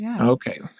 Okay